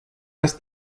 das